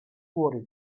fuori